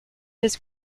his